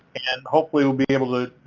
and hopefully we'll be able to,